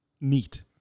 neat